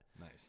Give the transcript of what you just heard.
Nice